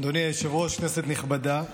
אדוני היושב-ראש, כנסת נכבדה,